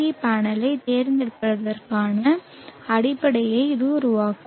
we பேனலைத் தேர்ந்தெடுப்பதற்கான அடிப்படையை இது உருவாக்கும்